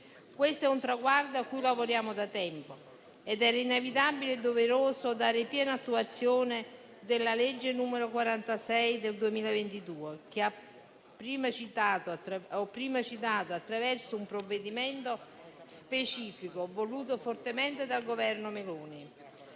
Questo è un traguardo a cui lavoriamo da tempo ed era inevitabile e doveroso dare piena attuazione della legge n. 46 del 2022, che ho prima citato, attraverso un provvedimento specifico voluto fortemente dal Governo Meloni,